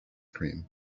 cream